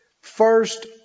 First